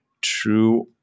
true